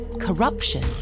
corruption